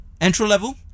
entry-level